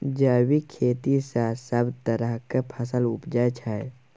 जैबिक खेती सँ सब तरहक फसल उपजै छै